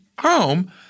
home